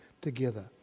together